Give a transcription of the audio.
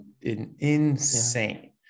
insane